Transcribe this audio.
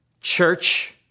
Church